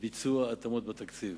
לביצוע התאמות בתקציב.